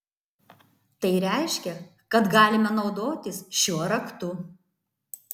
tai reiškia kad galime naudotis šiuo raktu